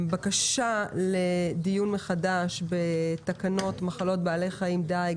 לבקשה לדיון מחדש בתקנות מחלות בעלי חיים (דיג),